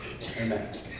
Amen